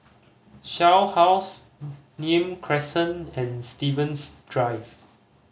Shell House Nim Crescent and Stevens Drive